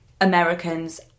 americans